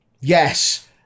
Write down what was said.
yes